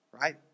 right